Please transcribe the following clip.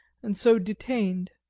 and so detained.